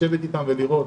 לשבת איתם ולראות